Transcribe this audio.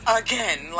again